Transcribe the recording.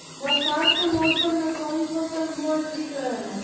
बरसात के मौसम में कउन फसल बोअल ठिक रहेला?